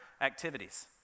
activities